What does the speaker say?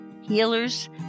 healers